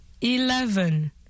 eleven